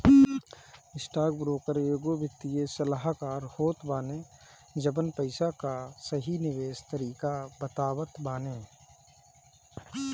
stockbroker एगो वित्तीय सलाहकार होत बाने जवन पईसा कअ सही निवेश तरीका बतावत बाने